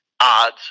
odds